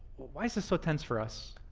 why's this so tense for us?